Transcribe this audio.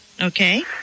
Okay